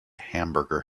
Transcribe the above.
hamburger